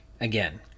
again